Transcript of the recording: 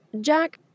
Jack